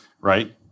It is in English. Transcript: right